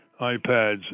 iPads